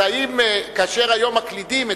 אז האם כאשר היום מקלידים,